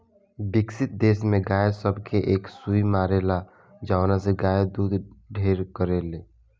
विकसित देश में गाय सब के एक सुई मारेला जवना से गाय दूध ढेर करले